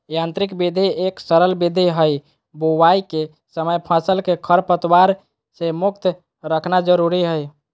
यांत्रिक विधि एक सरल विधि हई, बुवाई के समय फसल के खरपतवार से मुक्त रखना जरुरी हई